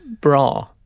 bra